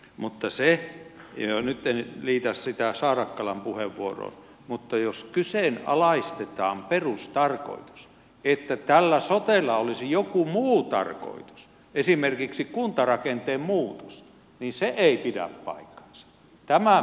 mutta ja nyt en liitä sitä saarakkalan puheenvuoroon jos kyseenalaistetaan perustarkoitus että tällä sotella olisi joku muu tarkoitus esimerkiksi kuntarakenteen muutos niin se ei pidä paikkaansa